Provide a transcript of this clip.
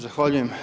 Zahvaljujem.